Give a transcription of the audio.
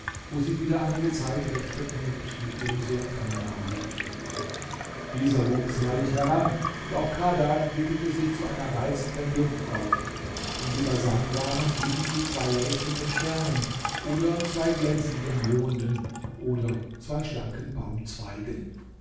wo sie wieder einige zeit recht vergnügt mit ihrem sohn kana lebte dieser wuchs herrlich heran und auch kadha entwickelte sich zu einer reizenden jungfrau wenn sie beisammen waren glichen sie zwei leuchtenden sternen oder zwei glänzenden monden oder zwei schlanken